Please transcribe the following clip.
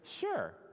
sure